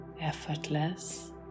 effortless